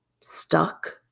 stuck